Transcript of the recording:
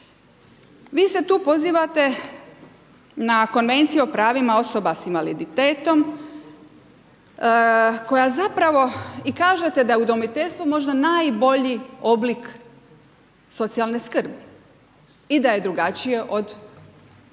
Vi se tu pozivate na Konvenciju o pravima osoba sa invaliditetom koja zapravo i kažete je udomiteljstvo možda najbolji oblik socijalne skrbi i da je drugačije od